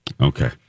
Okay